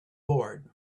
board